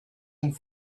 and